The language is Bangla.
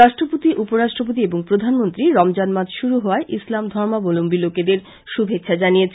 রাষ্ট্রপতি উপরাষ্ট্রপতি এবং প্রধানমন্ত্রী রমজান মাস শুরু হওয়ায় ইসলামধর্মালম্বীদের শুভেচ্ছা জানিয়েছেন